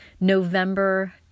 November